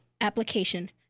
application